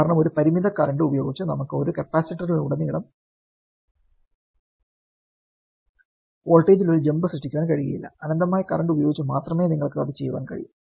കാരണം ഒരു പരിമിത കറന്റ് ഉപയോഗിച്ച് നമുക്ക് ഒരു കപ്പാസിറ്ററിലുടനീളം വോൾട്ടേജിൽ ഒരു ജമ്പ് സൃഷ്ടിക്കാൻ കഴിയില്ല അനന്തമായ കറന്റ് ഉപയോഗിച്ച് മാത്രമേ നിങ്ങൾക്ക് അത് ചെയ്യാൻ കഴിയൂ